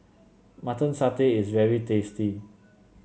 Mutton Satay is very tasty